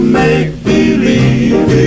make-believe